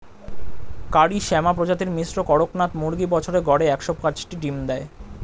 কারি শ্যামা প্রজাতির মিশ্র কড়কনাথ মুরগী বছরে গড়ে একশ পাঁচটি ডিম দেয়